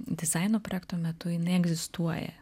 dizaino projekto metu jinai egzistuoja